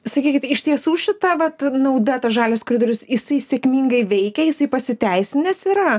sakykit iš tiesų šita vat nauda ta žalias koridorius jisai sėkmingai veikia jisai pasiteisinęs yra